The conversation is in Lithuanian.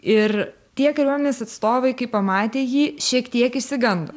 ir tie kariuomenės atstovai kai pamatė jį šiek tiek išsigando